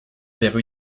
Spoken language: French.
vers